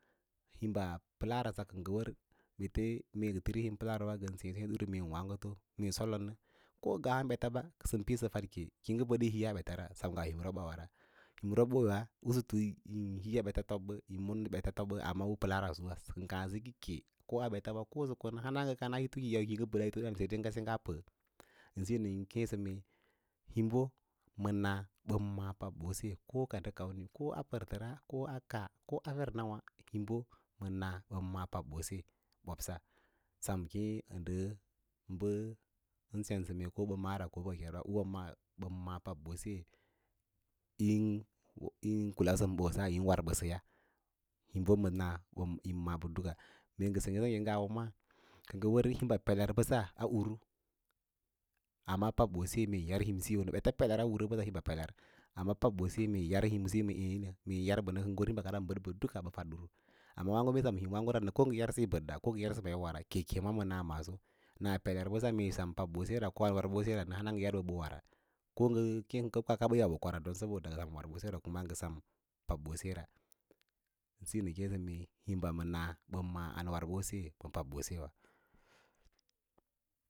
Hínbs palaara kə ngəwə ete mee ngə tiri hin pəlaarowa ngən sěěseẽ ɗur meen waãgəto mee solonə ko ham beta səm pid sə fad ke yi hiiyɛa ɓetsrs sem ngaa u robawara hin robawa yín hiiyaa ɓets fonnə yin mon ɓets tobbə amma u pəlaarawa kə nga sikike, ko han ɓets ba ko ngə kona hana ngə kana hito kiyan yi ngə bədə saí ngaa pəə ən digo nə keẽ sə mee himbə ma na ɓən maꞌa’ pabbose ko ka ndə kamai ko a pərtəra ko a kaa ko a fer nawa trim bo ma na bəm maꞌâ pabbose. ɓoɓosa sam ke ə ndə bə ən sen sə ko bə maꞌaraɓs ûwâ mas bəm maꞌā pabbose yin kula ma ɓosa yin war bəsəya hiu bo ms na yín ma’á ɓə duk, mee ngə sengge le ngawa maa kə ngə wər bə himba peleo bəs a kiru amma pabbose mee yar himisiyə nə ɓets peler a ursiyo ma bimbs amma mee pebɓose yau himsiyo ana ê mee yi yar ɓə nə kə ngə hoo hímbakaas bən bəd bəd rebəd bəfad dwu, amma mee sem hīm wǎǎgo ra ko ngə yaryar yi ngə bəɗɗa ko ngə yausə yi wora kuke ma naa ma naa peler bəsa mee sem pabbose ra hana ngə yar wora siyo nə kěěsə mee himbə ma naa bən maꞌā an war ɓose ma pabbose.